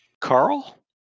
Carl